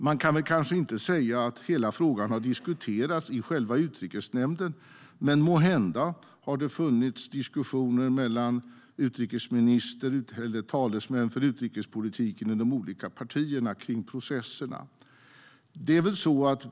Man kan kanske inte säga att hela frågan har diskuterats i själva Utrikesnämnden, men måhända har det funnits diskussioner om processen mellan utrikesministern och de olika partiernas utrikespolitiska talesmän.